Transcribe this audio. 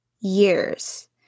years